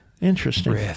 Interesting